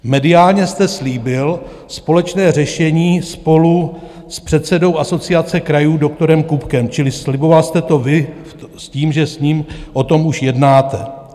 Mediálně jste slíbil společné řešení spolu s předsedou Asociace krajů doktorem Kubkem , čili sliboval jste to vy s tím, že s ním o tom už jednáte.